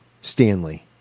Stanley